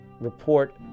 report